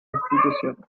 institución